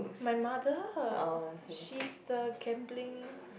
my mother she's the gambling